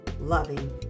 loving